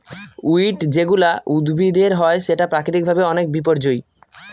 weed যেগুলা উদ্ভিদের হয় সেটা প্রাকৃতিক ভাবে অনেক বিপর্যই